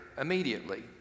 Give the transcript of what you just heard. immediately